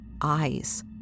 eyes